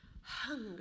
Hunger